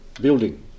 building